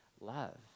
love